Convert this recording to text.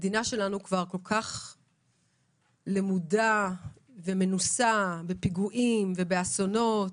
המדינה שלנו למודה ומנוסה בפיגועים ובאסונות